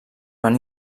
van